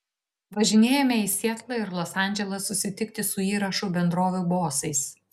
važinėjome į sietlą ir los andželą susitikti su įrašų bendrovių bosais